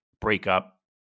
breakup